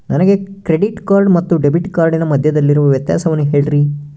ನನಗೆ credit card ಮತ್ತು debit ಕಾರ್ಡಿನ ಮಧ್ಯದಲ್ಲಿರುವ ವ್ಯತ್ಯಾಸವನ್ನು ಹೇಳ್ರಿ?